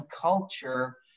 culture